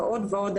ועוד ועוד,